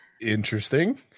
interesting